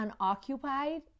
unoccupied